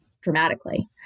dramatically